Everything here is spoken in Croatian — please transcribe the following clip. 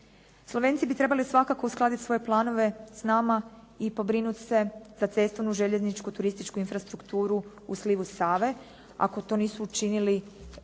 Slovenci bi trebali svakako uskladiti svoje planove s nama i pobrinuti se za cestovnu, željezničku, turističku infrastrukturu u slivu Save, ako to nisu učinili